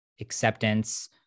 acceptance